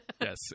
Yes